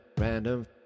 random